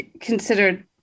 considered